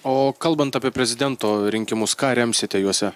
o kalbant apie prezidento rinkimus ką remsite juose